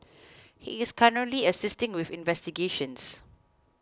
he is currently assisting with investigations